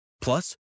Plus